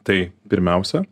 tai pirmiausia